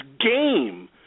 game